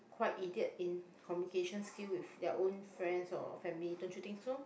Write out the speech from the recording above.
quite idiot thing communication skill with their own friends or family don't you think so